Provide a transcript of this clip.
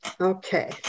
Okay